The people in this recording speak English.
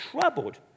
troubled